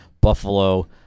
Buffalo